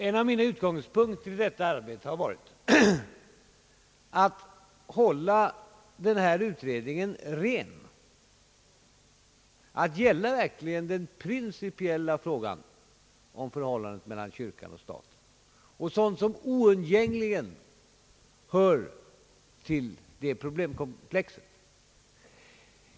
En av mina utgångspunkter i detta arbete har varit att hålla utredningen ren, att begränsa den till att gälla den principiella frågan om förhållandet mellan kyrka och stat och sådant som oundgängligen hör till detta problemkomplex.